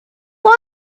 sure